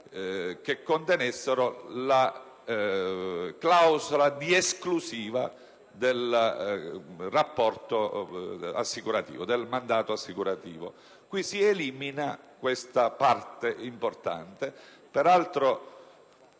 che contenessero la clausola di esclusiva del mandato assicurativo. Qui si elimina questa parte importante,